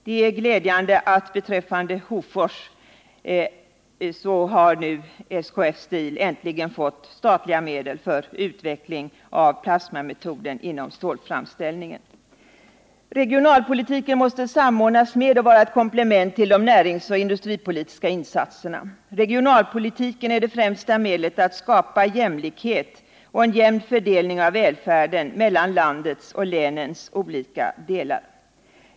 Det är glädjande att SKF Steel i Hofors äntligen har fått statliga medel för utveckling av plasmametoden inom stålframställningen. Regionalpolitiken måste samordnas med och vara ett komplement till de näringsoch industripolitiska insatserna. Regionalpolitiken är det främsta medlet för att skapa jämlikhet och en jämn fördelning av välfärden mellan landets och länens olika delar.